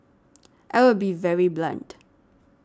I will be very blunt